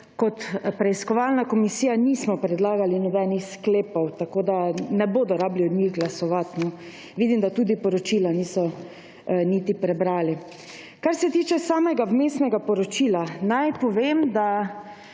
kot preiskovalna komisija nismo predlagali nobenih sklepov. Tako ne bodo rabili o njih glasovati. Vidim, da tudi poročila niso niti prebrali. Kar se tiče samega vmesnega poročila, lahko povem, da